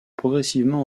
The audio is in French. progressivement